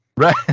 Right